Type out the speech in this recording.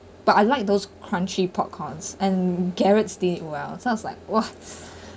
but I like those crunchy popcorns and garrets did well so I was like !wah!